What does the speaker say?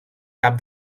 cap